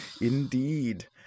Indeed